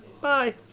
Bye